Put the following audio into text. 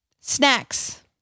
Snacks